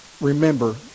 remember